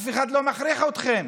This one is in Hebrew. אף אחד לא מכריח אתכם.